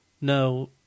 no